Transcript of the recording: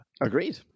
agreed